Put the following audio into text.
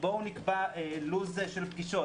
בואו נקבע לו"ז של פגישות,